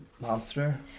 monster